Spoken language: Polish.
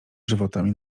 żywotami